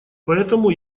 поэтому